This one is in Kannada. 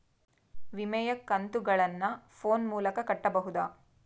ವಿಮೆಯ ಕಂತುಗಳನ್ನ ಫೋನ್ ಮೂಲಕ ಕಟ್ಟಬಹುದಾ?